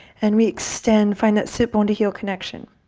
and we extend. find that sit bone to heel connection.